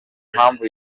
impamvu